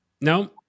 No